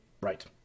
Right